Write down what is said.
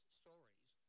stories